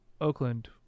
Oakland